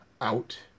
out